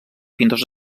pintors